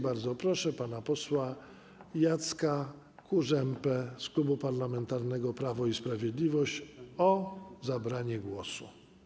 Bardzo proszę pana posła Jacka Kurzępę z Klubu Parlamentarnego Prawo i Sprawiedliwość o zabranie głosu.